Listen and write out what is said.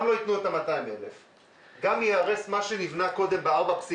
גם לא ייתנו את ה-200,000; גם ייהרס מה שנבנה קודם ב-4.1,